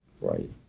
right